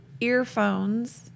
earphones